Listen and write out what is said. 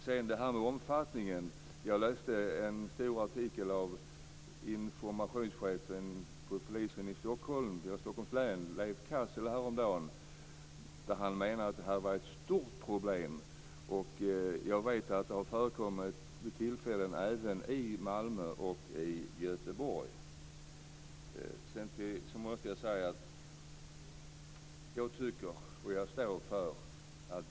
När det gäller omfattningen vill jag säga att jag läste en stor artikel av informationschefen för polisen i Stockholms län, Leif Cassel, häromdagen, där han menade att det här var ett stort problem. Jag vet att det har förekommit även i Malmö och i Göteborg.